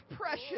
precious